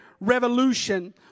Revolution